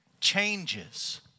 changes